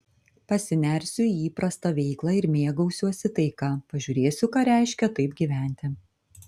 pasinersiu į įprastą veiklą ir mėgausiuosi taika pažiūrėsiu ką reiškia taip gyventi